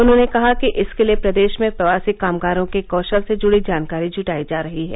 उन्होंने कहा कि इसके लिए प्रदेश में प्रवासी कामगारों के कौशल से जुडी जानकारी जुटायी जा रही है